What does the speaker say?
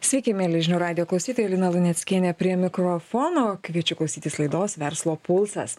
sveiki mieli žinių radijo klausytojai lina luneckienė prie mikrofono kviečiu klausytis laidos verslo pulsas